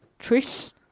Trish